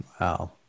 Wow